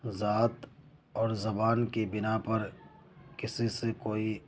ذات اور زبان کی بنا پر کسی سے کوئی